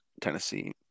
Tennessee